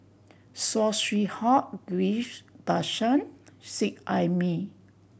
Saw Swee Hock Ghillie Basan Seet Ai Mee